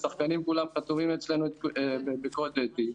השחקנים כולם חתומים אצלנו על קוד אתי.